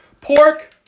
Pork